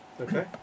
Okay